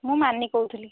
ମୁଁ ମାନି କହୁଥିଲି